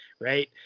Right